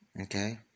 Okay